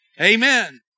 Amen